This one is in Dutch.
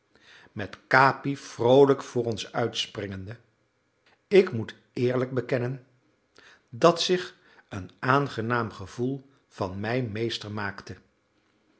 met capi vroolijk voor ons uitspringende ik moet eerlijk bekennen dat zich een aangenaam gevoel van mij meester maakte